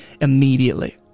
immediately